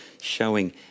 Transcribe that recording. showing